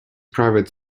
private